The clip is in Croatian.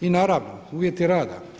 I naravno uvjeti rada.